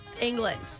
England